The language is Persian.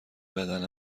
بدن